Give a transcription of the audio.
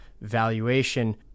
valuation